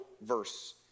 verse